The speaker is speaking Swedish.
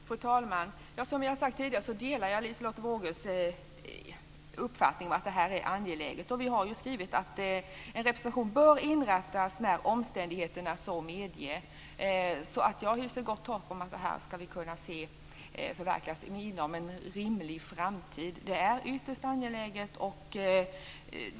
Fru talman! Som jag har sagt tidigare delar jag Liselotte Wågös uppfattning att det här är angeläget. Vi har ju skrivit att en representation bör inrättas när omständigheterna så medger. Jag hyser gott hopp om att vi ska kunna se detta förverkligas inom en rimlig framtid. Det är ytterst angeläget.